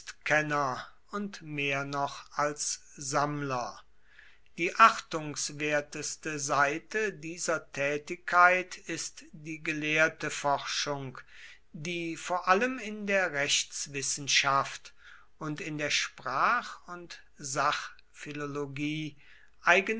kunstkenner und mehr noch als sammler die achtungswerteste seite dieser tätigkeit ist die gelehrte forschung die vor allem in der rechtswissenschaft und in der sprach und